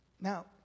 Now